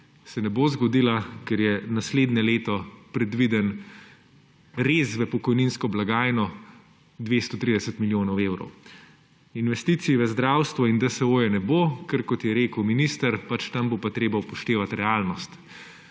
se ne bo zgodila, ker je naslednje leto predviden rez v pokojninsko blagajno 230 milijonov evrov. Investicij v zdravstvo in DSO ne bo, ker, kot je rekel minister, tam bo pa treba upoštevati realnost.